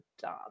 done